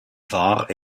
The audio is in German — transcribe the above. war